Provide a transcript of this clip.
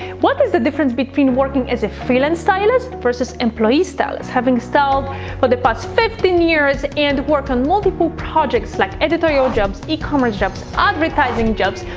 what is the difference between working as a freelance stylist versus employee stylist? having styled for the past fifteen years and worked on multiple projects like editorial jobs, e-commerce jobs, advertising jobs,